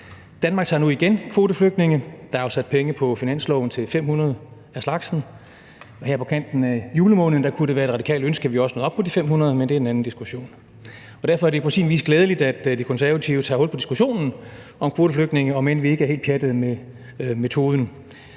Danmark tager nu igen kvoteflygtninge. Der er afsat penge på finansloven til 500 af slagsen, og her på kanten af julemåneden kunne det være et radikalt ønske, at vi også nåede op på de 500, men det er en anden diskussion. Derfor er det på sin vis glædeligt, at De Konservative tager hul på diskussionen om kvoteflygtninge, om end vi ikke er helt pjattede med metoden.